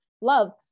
love